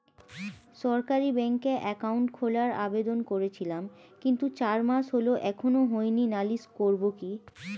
সরকারি ব্যাংকে একাউন্ট খোলার আবেদন করেছিলাম কিন্তু চার মাস হল এখনো হয়নি নালিশ করব কি?